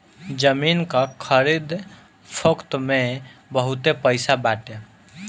जमीन कअ खरीद फोक्त में बहुते पईसा बाटे